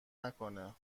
نکنه